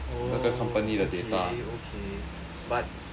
oh okay okay but